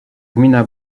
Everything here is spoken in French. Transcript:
gmina